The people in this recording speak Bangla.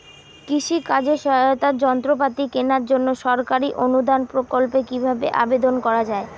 কৃষি কাজে সহায়তার যন্ত্রপাতি কেনার জন্য সরকারি অনুদান প্রকল্পে কীভাবে আবেদন করা য়ায়?